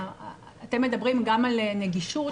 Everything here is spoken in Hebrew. אתם מדברים גם על נגישות,